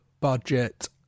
budget